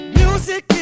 music